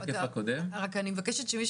השקף הקודם הראה את המצב